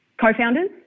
co-founders